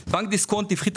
דיסקונט.